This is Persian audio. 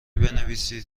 بنویسید